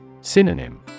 Synonym